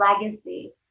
legacy